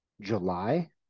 July